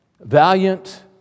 valiant